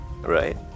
right